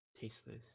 Tasteless